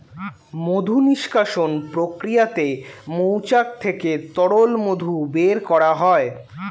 মধু নিষ্কাশণ প্রক্রিয়াতে মৌচাক থেকে তরল মধু বের করা হয়